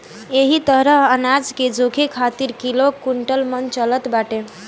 एही तरही अनाज के जोखे खातिर किलो, कुंटल, मन चलत बाटे